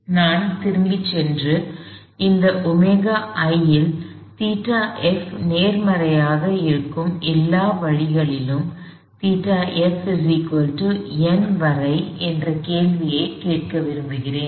எனவே நான் திரும்பிச் சென்று எந்த ωi இல் ϴf நேர்மறையாக இருக்கும் எல்லா வழிகளிலும் ϴf n வரை என்ற கேள்வியைக் கேட்க விரும்புகிறேன்